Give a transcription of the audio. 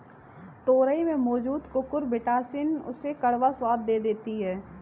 तोरई में मौजूद कुकुरबिटॉसिन उसे कड़वा स्वाद दे देती है